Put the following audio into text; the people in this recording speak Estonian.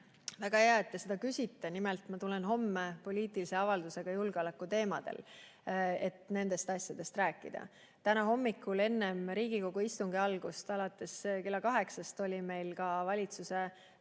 Väga hea, et te seda küsite. Nimelt, ma tulen homme siia poliitilise avaldusega julgeoleku teemadel, et nendest asjadest rääkida. Täna hommikul enne Riigikogu istungi algust alates kella kaheksast oli meil ka valitsuse